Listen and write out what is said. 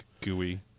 gooey